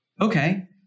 okay